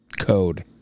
code